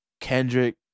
kendrick